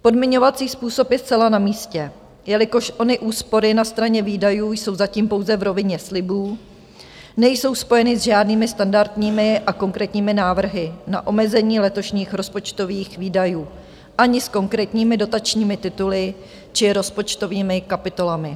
Podmiňovací způsob je zcela na místě, jelikož ony úspory na straně výdajů jsou zatím pouze v rovině slibů, nejsou spojeny s žádnými standardními a konkrétními návrhy na omezení letošních rozpočtových výdajů, ani s konkrétními dotačními tituly či rozpočtovými kapitolami.